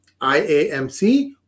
IAMC